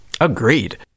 Agreed